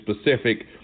specific